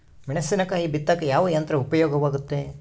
ಮೆಣಸಿನಕಾಯಿ ಬಿತ್ತಾಕ ಯಾವ ಯಂತ್ರ ಉಪಯೋಗವಾಗುತ್ತೆ?